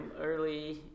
early